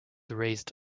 raised